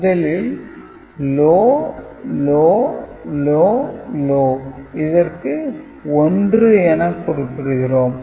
முதலில் L L L L இதற்கு 1 என குறிப்பிடுகிறோம்